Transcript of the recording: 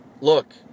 look